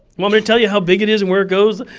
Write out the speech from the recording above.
want me to tell you how big it is and where it goes?